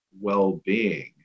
well-being